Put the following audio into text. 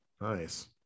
nice